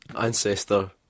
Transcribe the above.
ancestor